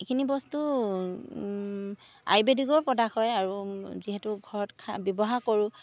এইখিনি বস্তু আয়ুৰ্বেদিকৰো পদাক হয় আৰু যিহেতু ঘৰত খা ব্যৱহাৰ কৰোঁ